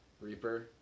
Reaper